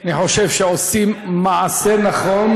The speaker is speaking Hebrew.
אני חושב שאנחנו עושים מעשה נכון.